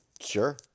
sure